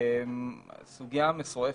זו סוגיה מסועפת.